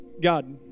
God